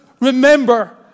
remember